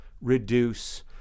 reduce